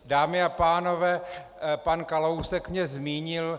Dámy a pánové, pan Kalousek mě zmínil.